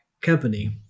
Company